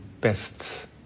best